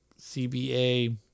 CBA